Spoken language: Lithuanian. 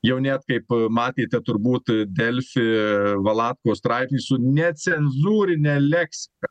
jau net kaip matėte turbūt delfi valatkos straipsnį su necenzūrine leksika